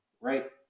right